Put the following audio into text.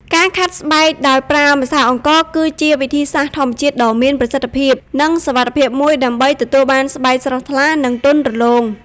ការខាត់ស្បែកដោយប្រើម្សៅអង្ករគឺជាវិធីសាស្ត្រធម្មជាតិដ៏មានប្រសិទ្ធភាព និងសុវត្ថិភាពមួយដើម្បីទទួលបានស្បែកស្រស់ថ្លា និងទន់រលោង។